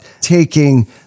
taking